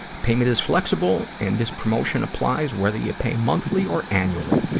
payment is flexible and this promotion applies whether you pay monthly or annually.